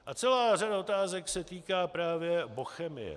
A celá řada otázek se týká právě Bochemie.